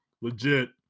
legit